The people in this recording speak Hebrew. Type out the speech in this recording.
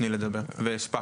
רוכשים חומרי גלם.